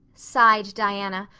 sighed diana,